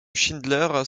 schindler